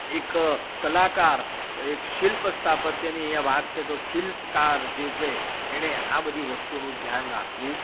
એક કલાકાર એક શિલ્પ સ્થાપત્યની આ વાત છે તો શિલ્પકાર જે છે એણે આ બધી વસ્તુઓનું ધ્યાન રાખવું